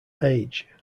age